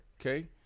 Okay